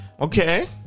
Okay